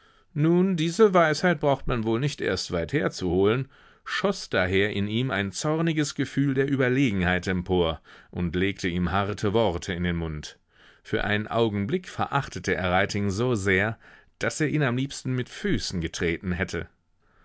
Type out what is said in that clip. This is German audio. nun diese weisheit braucht man wohl nicht erst weit her zu holen schoß daher in ihm ein zorniges gefühl der überlegenheit empor und legte ihm harte worte in den mund für einen augenblick verachtete er reiting so sehr daß er ihn am liebsten mit füßen getreten hätte